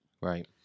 Right